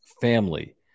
family